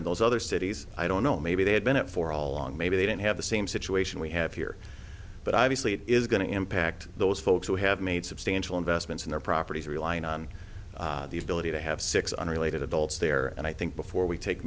in those other cities i don't know maybe they had been out for a long maybe they didn't have the same situation we have here but i mislead is going to impact those folks who have made substantial investments in their properties relying on the ability to have six unrelated adults there and i think before we take